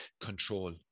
control